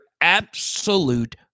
absolute